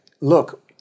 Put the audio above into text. look